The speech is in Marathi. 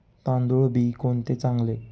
तांदूळ बी कोणते चांगले?